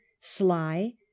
sly